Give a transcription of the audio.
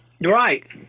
Right